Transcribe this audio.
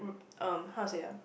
um how to say ah